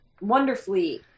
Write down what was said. wonderfully